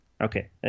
Okay